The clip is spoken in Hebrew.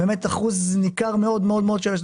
באמת אחוז ניכר מאד מאד שלהם זכאי,